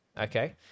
okay